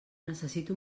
necessito